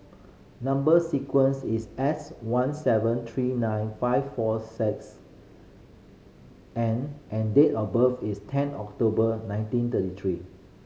number sequence is S one seven three nine five four six N and date of birth is ten October nineteen thirty three